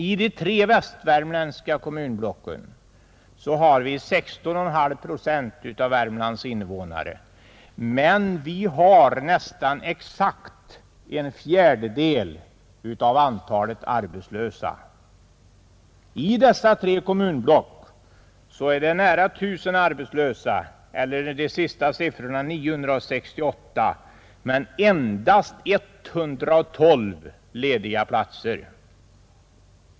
I de tre västvärmländska kommunblocken har vi 16,5 procent av Värmlands invånare, men vi har nästan exakt en fjärdedel av antalet arbetslösa. I dessa tre kommunblock är det nära 1 000 arbetslösa — enligt de senaste siffrorna 968 — men endast 112 lediga platser.